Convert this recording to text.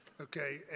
Okay